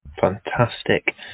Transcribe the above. Fantastic